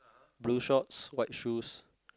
blue shorts white shoes